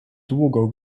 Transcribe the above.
długo